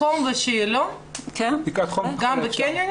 חולים וגם במוקד חירום של קופת חולים